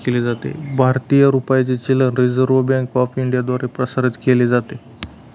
भारतीय रुपयाचे चलन रिझर्व्ह बँक ऑफ इंडियाद्वारे प्रसारित केले जाते